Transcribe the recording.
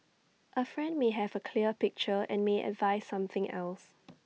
A friend may have A clear picture and may advise something else